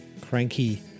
cranky